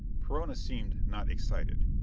perona seemed not excited,